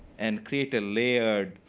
and create a layered